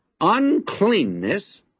uncleanness